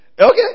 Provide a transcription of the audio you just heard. Okay